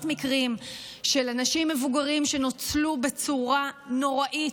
מקרים של אנשים מבוגרים שנוצלו בצורה נוראית.